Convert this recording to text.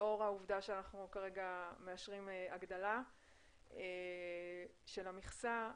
לאור העבודה שאנחנו מאשרים הגדלה של המכסה.